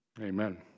Amen